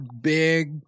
big